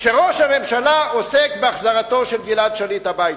כשראש הממשלה עוסק בהחזרתו של גלעד שליט הביתה.